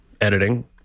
editing